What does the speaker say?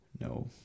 No